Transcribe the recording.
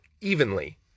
evenly